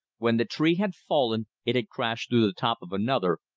when the tree had fallen it had crashed through the top of another,